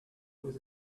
was